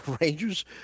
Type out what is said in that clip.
Rangers